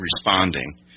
responding